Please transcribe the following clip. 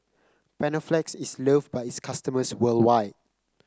panaflex is loved by its customers worldwide